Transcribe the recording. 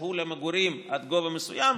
שהוא למגורים עד גובה מסוים,